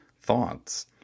thoughts